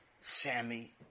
Sammy